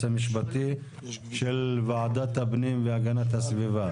המשפטי של ועדת הפנים והגנת הסביבה.